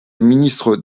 ministre